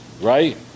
right